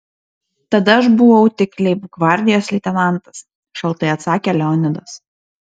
tada aš buvau tik leibgvardijos leitenantas šaltai atsakė leonidas